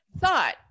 thought